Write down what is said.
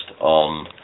on